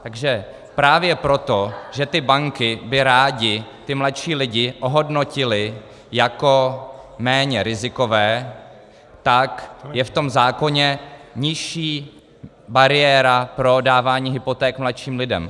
Takže právě proto, že ty banky by rády mladší lidi ohodnotily jako méně rizikové, tak je v zákoně nižší bariéra pro dávání hypoték mladším lidem.